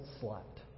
slept